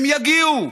הם יגיעו,